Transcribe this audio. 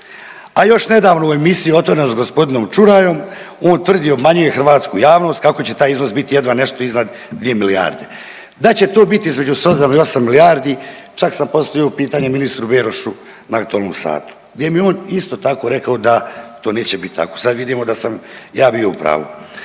A još nedavno u emisiji Otvoreno s g. Čurajom, on tvrdi, obmanjuje hrvatsku javnost kako će taj iznos biti jedva nešto iznad 2 milijarde, da će to biti između 7 i 8 milijardi čak sam postavio pitanje ministru Berošu na aktualnom satu gdje mi je on isto tako rekao da to neće biti tako, sad vidimo da sam ja bio u pravu.